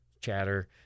chatter